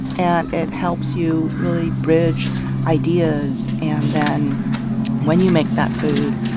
and it helps you really bridge ideas. and then when you make that food,